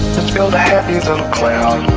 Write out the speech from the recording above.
let's build a happy little cloud